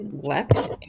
left